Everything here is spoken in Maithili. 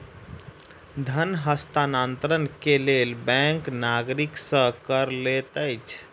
धन हस्तांतरण के लेल बैंक नागरिक सॅ कर लैत अछि